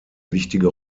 wichtige